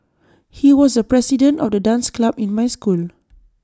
he was the president of the dance club in my school